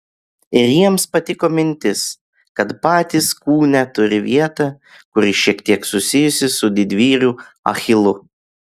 ir jiems patiko mintis kad patys kūne turi vietą kuri šiek tiek susijusi su didvyriu achilu